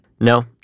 No